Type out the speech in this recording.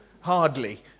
hardly